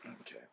Okay